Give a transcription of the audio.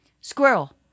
squirrel